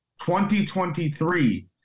2023